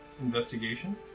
investigation